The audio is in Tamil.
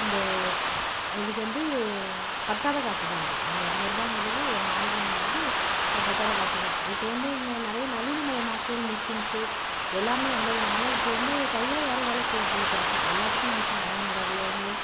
இந்த இதுக்கு வந்து பத்தாத காசு தான் அது ஏன்னா இரநூறுபாங்குறது ஒரு நாளைக்குங்கும் போது அது பத்தாத காசு தான் இப்போ வந்து நிறைய நவீனமயமாக்கல் மிஷின்ஸு எல்லாம் வந்ததுனால் இப்போ வந்து கையால் யாரும் வேலை செய்கிறதில்லை பெருசாக எல்லாத்துக்கும் மிஷின் நடவு நடுகிறதுலேர்ந்து